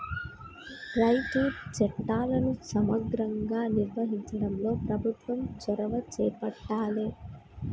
రైతు చట్టాలను సమగ్రంగా నిర్వహించడంలో ప్రభుత్వం చొరవ చేపట్టాలె